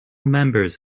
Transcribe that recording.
members